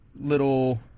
little